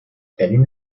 tenim